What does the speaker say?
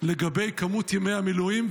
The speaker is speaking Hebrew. לגבי מספר ימי המילואים,